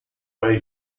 vai